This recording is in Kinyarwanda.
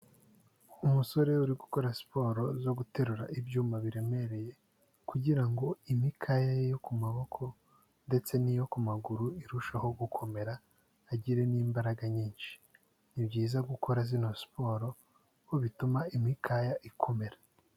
Umusore uri gukora siporo zo guterura ibyuma biremereye, kugira ngo imikaya ye yo ku maboko ndetse n'iyo ku maguru irusheho gukomera agire n'imbaraga nyinshi. Ni byiza gukora zino siporo kuko bituma imikaya ikomera.